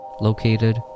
located